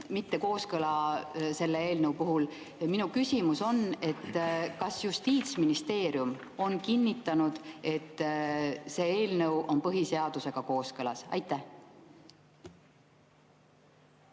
mittekooskõla selle eelnõu puhul. Minu küsimus on: kas Justiitsministeerium on kinnitanud, et see eelnõu on põhiseadusega kooskõlas? Aitäh,